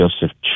Joseph